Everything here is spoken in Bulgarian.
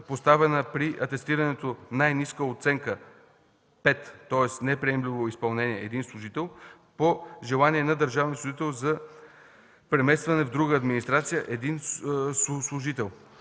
поставена при атестирането най-ниска оценка 5, тоест „неприемливо изпълнение” – 1 служител; - по желание на държавния служител за преместване в друга администрация – 1 служител;